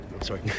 sorry